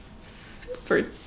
super